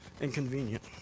inconvenient